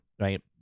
Right